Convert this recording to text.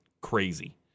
Crazy